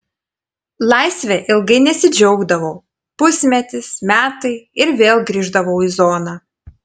laisve ilgai nesidžiaugdavau pusmetis metai ir vėl grįždavau į zoną